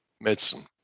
medicine